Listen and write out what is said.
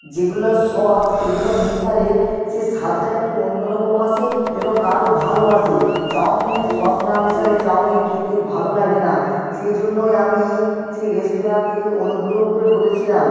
যেগুলো সস সেগুলো মেশালে সে স্বাদটা একটু অন্য রকম আসে এবং আরও ভালো আসে চাউমিনে সস না মেশালে চাউমিন খেতে ভালো লাগে না সেই জন্যই আমি সেই রেস্তোরাঁতে অনুগ্রহ করে বলেছিলাম